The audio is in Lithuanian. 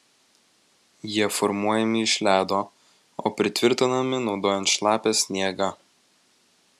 jie formuojami iš ledo o pritvirtinami naudojant šlapią sniegą